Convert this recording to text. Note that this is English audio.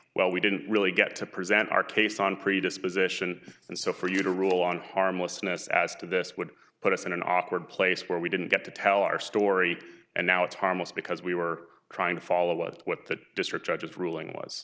well we didn't really get to present our case on predisposition and so for you to rule on harmlessness as to this would put us in an awkward place where we didn't get to tell our story and now it's harmless because we were trying to follow what the district judge's ruling was